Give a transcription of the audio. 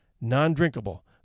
non-drinkable